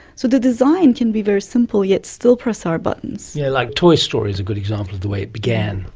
so the design can be very simple yet still press our buttons. yeah, like toy story is a good example of the way it began.